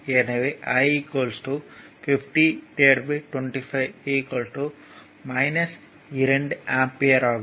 எனவே I 50 25 2 ampere ஆகும்